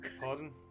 Pardon